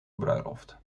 bruiloft